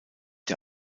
der